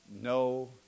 no